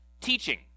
teaching